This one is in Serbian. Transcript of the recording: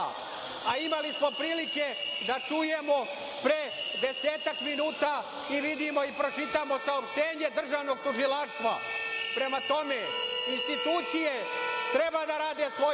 a imali smo prilike da čujemo pre desetak minuta i vidimo i pročitamo saopštenje državnog tužilaštva. Prema tome institucije treba da rade svoj